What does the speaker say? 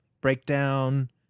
Breakdown